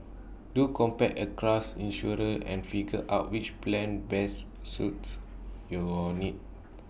do compare across insurers and figure out which plan best suits your needs